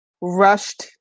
rushed